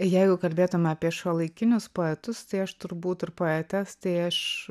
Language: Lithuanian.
jeigu kalbėtume apie šiuolaikinius poetus tai aš turbūt ir poetes tai aš